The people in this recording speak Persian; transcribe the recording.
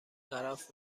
طرف